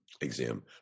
exam